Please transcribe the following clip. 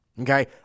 Okay